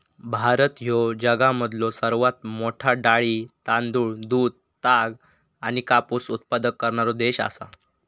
भारत ह्यो जगामधलो सर्वात मोठा डाळी, तांदूळ, दूध, ताग आणि कापूस उत्पादक करणारो देश आसा